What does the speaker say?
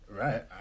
right